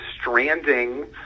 stranding